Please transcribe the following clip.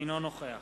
אינו נוכח